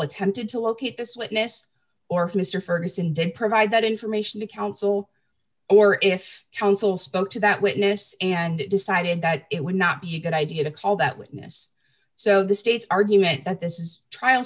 attempted to locate this witness or mr ferguson did provide that information to counsel or if counsel spoke to that witness and decided that it would not be a good idea to call that witness so the state's argument that this is trial